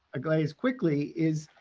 a glaze quickly is,